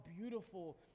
beautiful